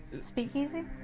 Speakeasy